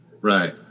Right